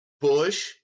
Bush